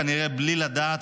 כנראה בלי לדעת,